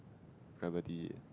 remedy